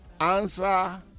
answer